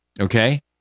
Okay